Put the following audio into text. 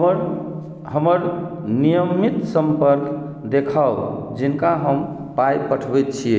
हमर हमर नियमित सम्पर्क देखाउ जिनका हम पाइ पठबैत छियै